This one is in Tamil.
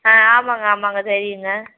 ஆ ஆமாம்ங்க ஆமாம்ங்க தெரியுங்க